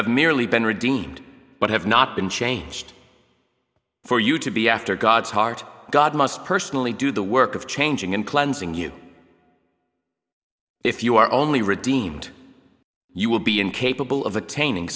have merely been redeemed but have not been changed for you to be after god's heart god must personally do the work of changing and cleansing you if you are only redeemed you will be incapable of attaining